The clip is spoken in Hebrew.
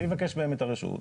אני אבקש מהם את הרשות.